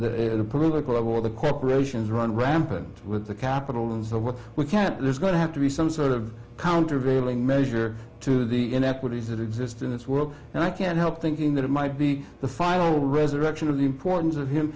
whether the political war the corporations run rampant with the capital and so what we can't there's going to have to be some sort of countervailing measure to the inequities that exist in this world and i can't help thinking that it might be the final resurrection of the importance of him